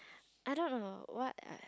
I don't know what I